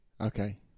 Okay